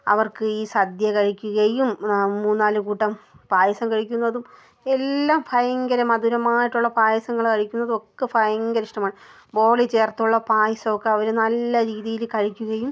അവർക്ക് ഈ സദ്യ കഴിക്കുകയും മൂന്നുനാല് കൂട്ടം പായസം കഴിക്കുന്നതും എല്ലാം ഭയങ്കര മധുരമായിട്ടുള്ള പായസങ്ങൾ കഴിക്കുന്നതും ഒക്കെ ഭയങ്കര ഇഷ്ടമാണ് ബോളി ചേർത്തുള്ള പായസമൊക്കെ അവർ നല്ല രീതിയിൽ കഴിക്കുകയും